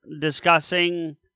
discussing